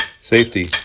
safety